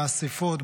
באספות,